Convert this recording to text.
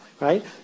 right